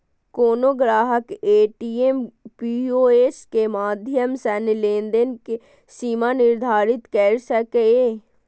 कोनो ग्राहक ATM, POS के माध्यम सं लेनदेन के सीमा निर्धारित कैर सकैए